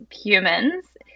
humans